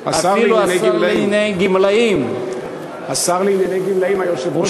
השר לענייני גמלאים, היושב-ראש קורא לך.